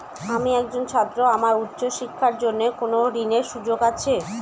আমি একজন ছাত্র আমার উচ্চ শিক্ষার জন্য কোন ঋণের সুযোগ আছে?